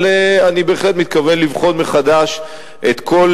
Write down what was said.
אבל אני בהחלט מתכוון לבחון מחדש את כל